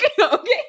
Okay